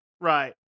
Right